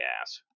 ass